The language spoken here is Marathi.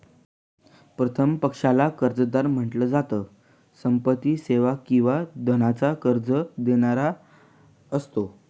प्रथम पक्षाला कर्जदार म्हंटल जात, संपत्ती, सेवा किंवा धनाच कर्ज देणारा असतो